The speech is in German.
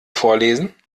vorlesen